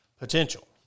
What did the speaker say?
potential